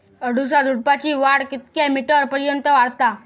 अडुळसा झुडूपाची वाढ कितक्या मीटर पर्यंत वाढता?